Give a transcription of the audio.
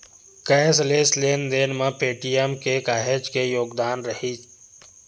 cashless लेन देन म पेटीएम के काहेच के योगदान रईथ